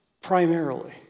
primarily